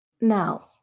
Now